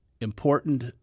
important